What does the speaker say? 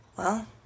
Well